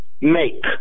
make